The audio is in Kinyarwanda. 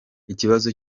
ikibazo